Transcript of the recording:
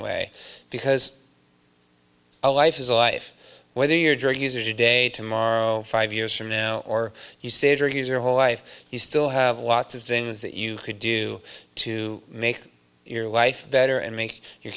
away because a life is a life whether you're a drug user today tomorrow five years from now or you stage or use your whole life you still have lots of things that you could do to make your life better and make your